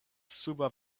suba